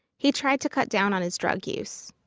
he tried to cut down on his drug use.